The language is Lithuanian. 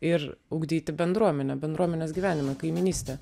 ir ugdyti bendruomenę bendruomenės gyvenimą kaimynystę